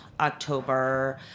October